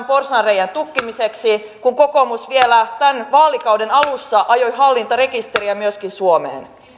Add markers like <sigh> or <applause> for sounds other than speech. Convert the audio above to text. <unintelligible> porsaanreiän tukkimiseksi kun kokoomus vielä tämän vaalikauden alussa ajoi hallintarekisteriä myöskin suomeen